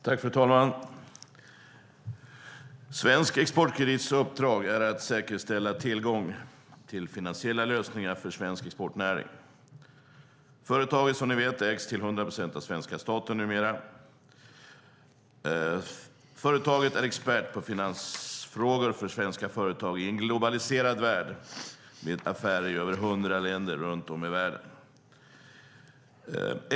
Fru talman! Svensk Exportkredits uppdrag är att säkerställa tillgång till finansiella lösningar för svensk exportnäring. Företaget ägs numera, som ni vet, till hundra procent av svenska staten. Företaget är expert på finansfrågor för svenska företag i en globaliserad värld med affärer i över 100 länder runt om i världen.